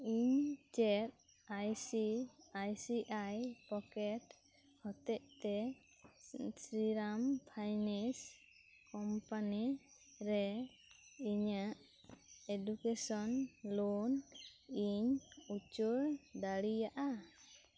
ᱤᱧ ᱪᱮᱫ IC IC I pocket ᱦᱚᱛᱮᱫ ᱛᱮ ᱥᱨᱤᱨᱟᱢ ᱯᱷᱟᱭᱱᱟᱭᱤᱱᱤᱥ ᱠᱳᱢᱯᱟᱱᱤ ᱨᱮ ᱤᱧᱟᱹᱜ ᱮᱰᱩᱠᱮᱥᱚᱱ ᱞᱳᱱ ᱤᱧ ᱩᱪᱟᱹᱲ ᱫᱟᱲᱮᱭᱟᱜᱼᱟ